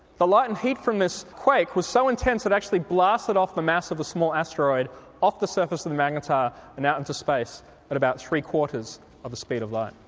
the light and heat from this quake was so intense it actually blasted off the mass of a small asteroid off the surface of the magnetar and out into space at but about three-quarters of the speed of light.